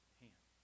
hand